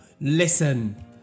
Listen